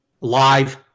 live